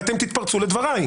ואתם תתפרצו לדבריי.